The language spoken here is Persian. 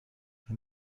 این